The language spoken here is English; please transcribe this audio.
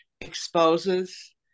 exposes